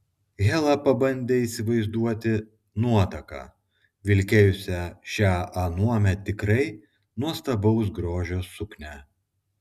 hela pabandė įsivaizduoti nuotaką vilkėjusią šią anuomet tikrai nuostabaus grožio suknią